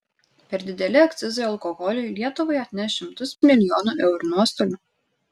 per dideli akcizai alkoholiui lietuvai atneš šimtus milijonų eurų nuostolių